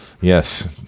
Yes